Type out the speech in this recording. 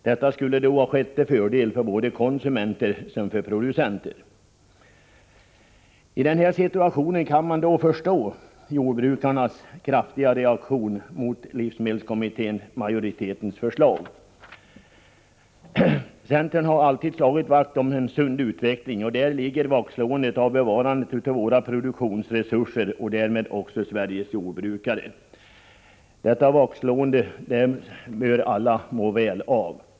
Detta skulle då skett till fördel för både konsumenter och producenter. I denna situation kan man förstå jordbrukarnas kraftiga reaktion mot livsmedelskommitténs majoritetsförslag. Centern har alltid slagit vakt om en sund utveckling. Vi har slagit vakt om bevarandet av våra produktionsresurser och därmed också Sveriges jordbrukare. Detta vaktslående bör alla må väl av.